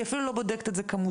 אני אפילו לא בודקת את זה כמותית,